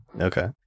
Okay